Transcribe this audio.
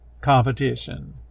competition